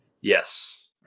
Yes